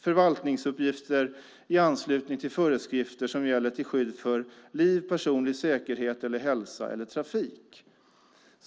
förvaltningsuppgifter i anslutning till föreskrifter som gäller till skydd för liv, personlig säkerhet eller hälsa eller trafik.